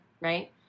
right